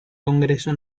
congreso